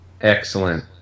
Excellent